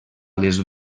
les